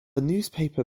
newspaper